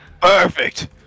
Perfect